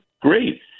great